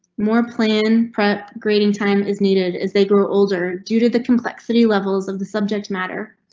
more plan prep grading time is needed as they grow older. due to the complexity levels of the subject matter,